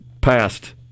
passed